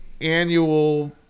annual